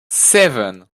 seven